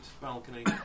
balcony